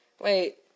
Wait